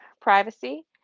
privacy